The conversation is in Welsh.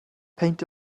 peint